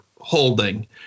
holding